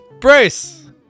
Bruce